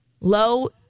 low